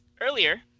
earlier